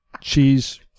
Cheese